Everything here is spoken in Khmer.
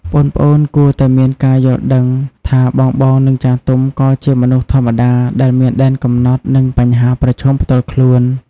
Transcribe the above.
ប្អូនៗគួរតែមាន ការយល់ដឹងថាបងៗ និងចាស់ទុំក៏ជាមនុស្សធម្មតាដែលមានដែនកំណត់ និងបញ្ហាប្រឈមផ្ទាល់ខ្លួន។